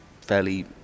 fairly